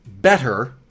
better